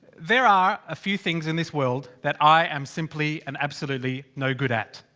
there are a few things in this world, that i am simply and absolutely no good at.